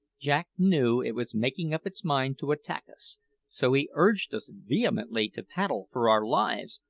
jack knew it was making up its mind to attack us so he urged us vehemently to paddle for our lives,